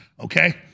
okay